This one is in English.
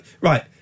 right